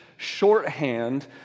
shorthand